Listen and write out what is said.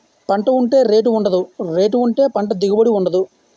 పంట ఉంటే రేటు ఉండదు, రేటు ఉంటే పంట దిగుబడి ఉండదు